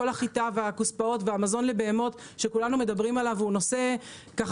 כל החיטה והמזון לבהמות שכולנו מדברים עליו והוא נושא ככה